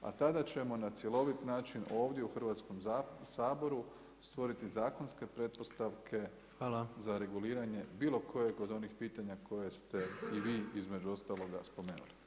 A tada ćemo na cjeloviti način ovdje u Hrvatskom saboru stvoriti zakonske pretpostavke za reguliranje, bilo kojeg od onih pitanja koje ste i vi između ostaloga spomenuli.